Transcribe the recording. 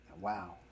Wow